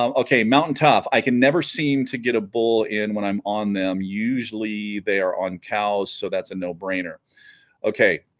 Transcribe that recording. um ok mountaintop i can never seem to get a bull in when i'm on them usually they are on cows so that's a no-brainer ok